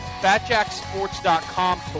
FatJackSports.com